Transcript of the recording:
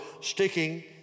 sticking